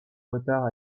retard